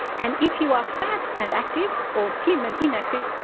and if you are fat and active or slim and inactive,